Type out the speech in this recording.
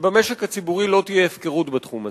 שבמשק הציבורי לא תהיה הפקרות בתחום הזה.